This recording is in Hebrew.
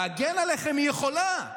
להגן עליכם היא יכולה,